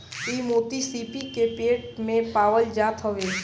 इ मोती सीपी के पेट में पावल जात हवे